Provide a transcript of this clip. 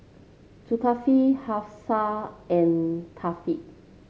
Zulkifli Hafsa and Thaqif